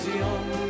young